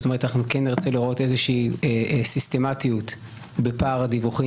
אנחנו כן נרצה לראות איזושהי סיסטמיות בפער הדיווחים